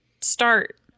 start